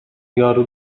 یارو